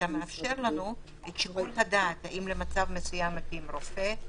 אתה מאפשר לנו את שיקול הדעת האם במצב מסוים מתאים רופא או אחות.